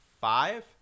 five